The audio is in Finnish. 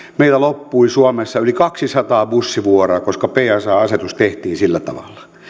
loppui suomessa yli kaksisataa bussivuoroa koska psa asetus tehtiin sillä